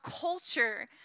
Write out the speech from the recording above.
culture